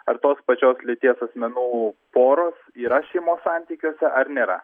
ar tos pačios lyties asmenų poros yra šeimos santykiuose ar nėra